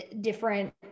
different